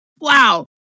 Wow